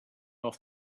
off